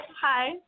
Hi